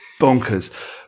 Bonkers